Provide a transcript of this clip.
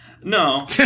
no